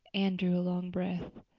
anne drew a long breath.